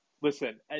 Listen